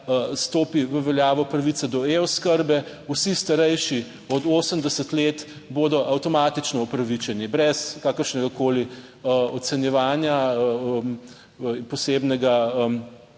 stopi v veljavo pravice do eOskrbe. Vsi, starejši od 80 let, bodo avtomatično upravičeni brez kakršnegakoli ocenjevanja, posebnega